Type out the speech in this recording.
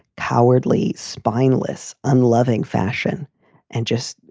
cowardly, spineless, unloving fashion and just,